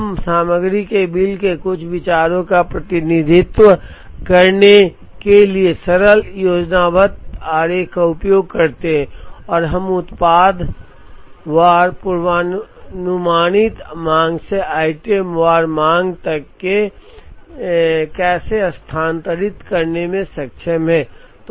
हम सामग्री के बिल के कुछ विचारों का प्रतिनिधित्व करने के लिए सरल योजनाबद्ध आरेख का उपयोग करते हैं और हम उत्पाद वार पूर्वानुमानित मांग से आइटम वार मांग तक कैसे स्थानांतरित करने में सक्षम हैं